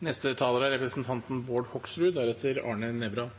Det er